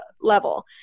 level